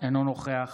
אינו נוכח